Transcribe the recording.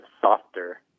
softer